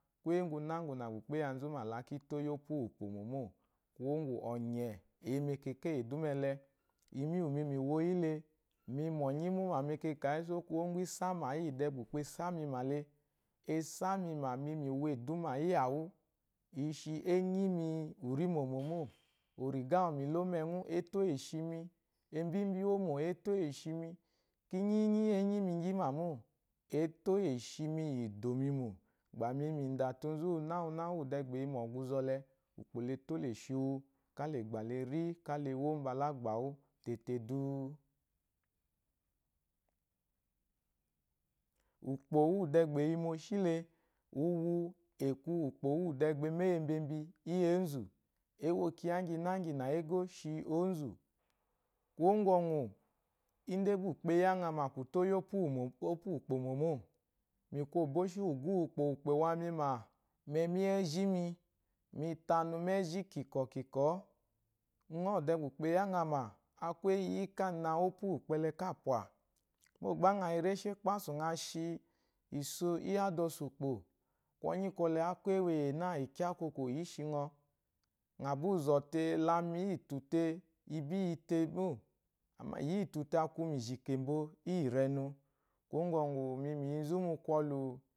Kuye ngunanguna ukpa eyanzu ma la kunto opu uwu ukpa momo kuwo onye eyi mekaka yi eduma ele imi uwu mi mi woyle miyi mu onye muna mekakayi so kuwo ngu isama iyi de ba ukpo asimale asamima mi yi mo eduma iyawu ishi enyimi rimo origa uwu lomewu, eto eshimi embi mbiwomo eto eshimi, kinyinyi anyimi gima mo, eto eshemi idomemo ba mi yinda te onzu uruna- uwuna uwu waze mu ɔgunze ɔle eto eshjiwu ka uwu ba leri bula agbawu tete ukpo uwu de be yi moshile uwu uku ukpode ba amah eyiebimbi iyi enzu ewo kiya nginangina ego la enzu kuwo kungu idan ukpo momo miku oboshi uguu ukpo ukpo awami ma mu emi iyi ejimi mi tanu mu eji kunku kinkwoo ngɔ wede be ukpo ayangha ma, akwe eyi ka na opu uwu ukpo le ka pwa gba ngɔ reshi ekpasu ngɔshi iso iyi adausu ukpo kunyi kwɔlke aku eweye na inkya kwokwo ishi ngɔ ngɔ bi zɔte la mi yitu te li bi yi temo, iyi tute aku mu iji kembo yi renu. kuwo kungu muyi zu mu kwɔlu.